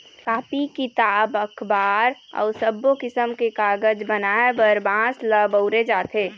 copy, किताब, अखबार अउ सब्बो किसम के कागज बनाए बर बांस ल बउरे जाथे